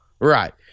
right